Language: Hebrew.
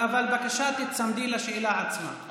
אבל בבקשה תיצמדי לשאלה עצמה.